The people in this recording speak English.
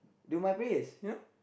do my prayers you know